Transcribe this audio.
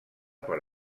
per